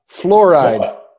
Fluoride